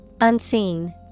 Unseen